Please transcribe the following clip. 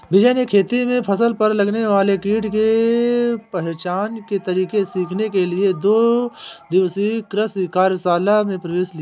विजय ने खेती में फसल पर लगने वाले कीट के पहचान के तरीके सीखने के लिए दो दिवसीय कृषि कार्यशाला में प्रवेश लिया